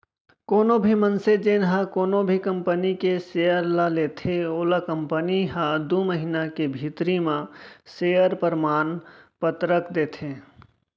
कोनो भी मनसे जेन ह कोनो भी कंपनी के सेयर ल लेथे ओला कंपनी ह दू महिना के भीतरी म सेयर परमान पतरक देथे